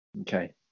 Okay